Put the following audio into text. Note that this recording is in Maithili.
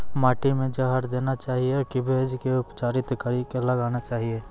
माटी मे जहर देना चाहिए की बीज के उपचारित कड़ी के लगाना चाहिए?